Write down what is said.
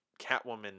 Catwoman